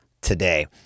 today